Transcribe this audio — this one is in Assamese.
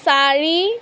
চাৰি